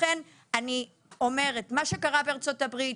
לכן אני אומרת שמה שקרה בארצות הברית,